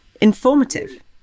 informative